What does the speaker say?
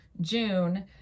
June